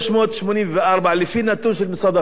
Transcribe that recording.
11,384, לפי נתון של משרד החינוך.